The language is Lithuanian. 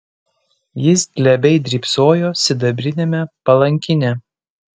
jis glebiai drybsojo sidabriniame palankine